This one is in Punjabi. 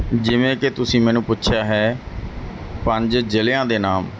ਜਿਵੇਂ ਕਿ ਤੁਸੀਂ ਮੈਨੂੰ ਪੁੱਛਿਆ ਹੈ ਪੰਜ ਜਿਲਿਆਂ ਦੇ ਨਾਮ